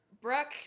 Brooke